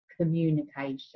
communication